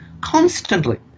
constantly